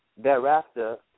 Thereafter